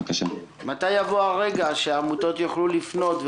מתי יבוא הרגע שהעמותות יוכלו לפנות?